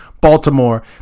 Baltimore